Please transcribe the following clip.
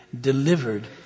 delivered